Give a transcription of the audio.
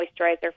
moisturizer